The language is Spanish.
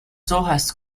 hojas